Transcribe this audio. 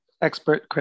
expert